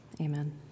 Amen